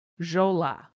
jola